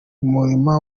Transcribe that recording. murima